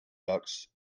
ducks